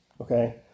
okay